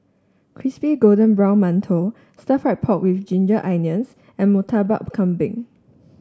Crispy Golden Brown Mantou Stir Fried Pork with Ginger Onions and Murtabak Kambing